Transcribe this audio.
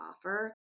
offer